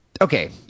okay